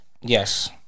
Yes